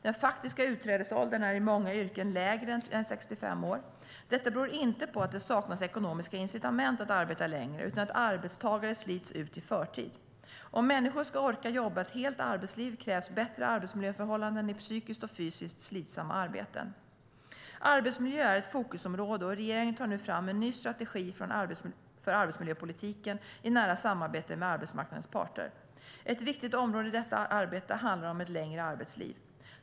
Den faktiska utträdesåldern är i många yrken lägre än 65 år. Detta beror inte på att det saknas ekonomiska incitament att arbeta längre utan på att arbetstagare slits ut i förtid. Om människor ska orka jobba ett helt arbetsliv krävs bättre arbetsmiljöförhållanden i psykiskt och fysiskt slitsamma arbeten. Arbetsmiljö är ett fokusområde, och regeringen tar nu fram en ny strategi för arbetsmiljöpolitiken i nära samarbete med arbetsmarknadens parter. Ett viktigt område i detta arbete handlar om ett längre arbetsliv.